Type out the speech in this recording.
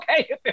okay